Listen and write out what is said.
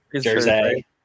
jersey